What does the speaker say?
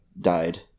died